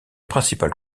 principal